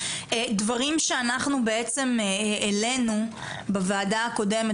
דברים שאנחנו העלינו בוועדה הקודמת